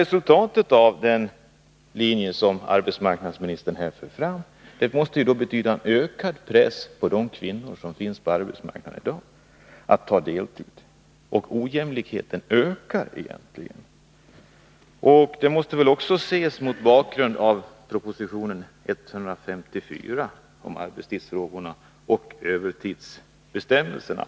Resultatet av den linje som arbetsmarknadsministern företräder måste leda till en ökad press på de kvinnor som finns på arbetsmarknaden i dag att ta deltidsarbete, och därmed ökar ojämlikheten. Detta måste också ses mot bakgrund av proposition 154 om arbetstidsfrågorna och övertidsbestämmelserna.